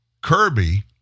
Kirby